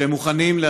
מזדקנים בכבוד,